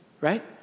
right